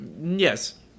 Yes